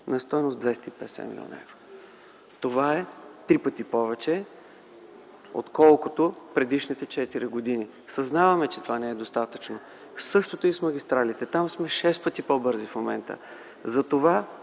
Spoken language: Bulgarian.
на стойност 250 млн. евро. Това е три пъти повече, отколкото предишните четири години. Съзнаваме, че то не е достатъчно. Същото е и с магистралите. Там сме шест пъти по-бързи в момента. Ще